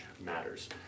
matters